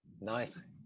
Nice